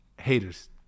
haters